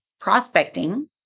prospecting